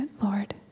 Lord